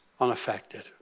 unaffected